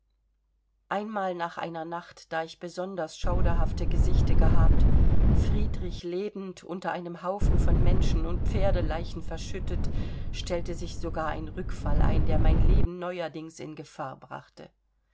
einmal nach einer nacht da ich besonders schauderhafte gesichte gehabt friedrich lebend unter einem haufen von menschen und pferdeleichen verschüttet stellte sich sogar ein rückfall ein der mein leben neuerdings in gefahr brachte